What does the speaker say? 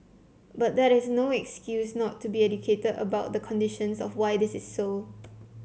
but that is no excuse not to be educated about the conditions of why this is so